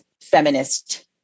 feminist